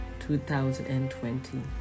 2020